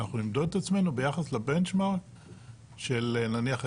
אנחנו נמדוד את עצמנו ביחס ל-benchmark של נניח,